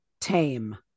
tame